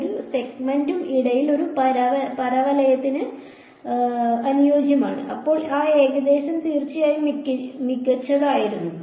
ഇത് ഓരോ സെഗ്മെന്റിനും ഇടയിൽ ഒരു പരവലയത്തിന് അനുയോജ്യമാണ് അപ്പോൾ ആ ഏകദേശം തീർച്ചയായും മികച്ചതായിരിക്കും